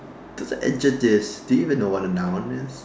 it's an adjective do you even know what a noun is